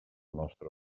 nostre